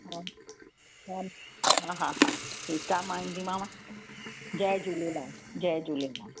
ह ह हा हा हा ठीकु आहे मां ईंदीमांव जय झूलेलाल जय झूलेलाल